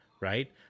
right